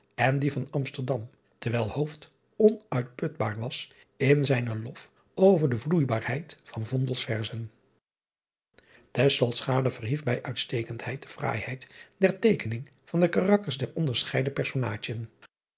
en dien van msterdam terwijl onuitputbaar was in zijnen lof over de vloeibaarheid van verzen verhief bij uitstekendheid de fraaiheid der teekening van de karakters der onderscheiden